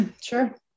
Sure